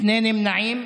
שני נמנעים.